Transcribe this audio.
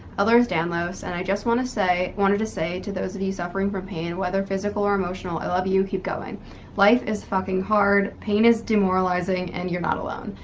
ehlers danlos and i just want to say wanted to say to those of you suffering from pain whether physical or emotional i love you. keep going life is fucking hard pain is demoralizing and you're not alone.